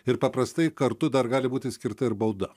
ir paprastai kartu dar gali būti skirta ir bauda